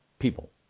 people